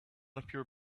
appear